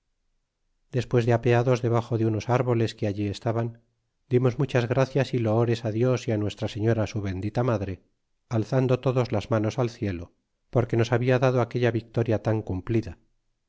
despues de apeados debaxo de unos árboles que allí estaban dimos muchas gracias y loores dios y a nuestra señora su bendita madre alzando todos las manos al cielo porque nos habla dado aquella victoria tan cumplida